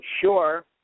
sure